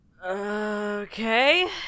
Okay